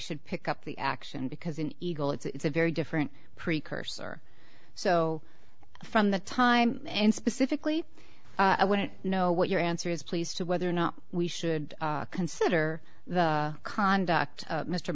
should pick up the action because in eagle it's a very different precursor so from the time and specifically i wouldn't know what your answer is please to whether or not we should consider the conduct of mr